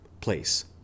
place